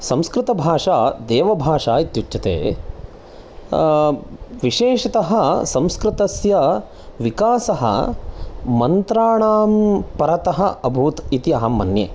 संस्कृतभाषा देवभाषा इत्युच्यते विशेषतः संस्कृतस्य विकासः मन्त्राणां परतः अभूत् इति अहं मन्ये